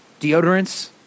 deodorants